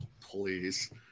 Please